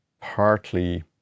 partly